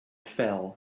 fell